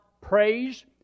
praise